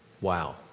Wow